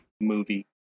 movie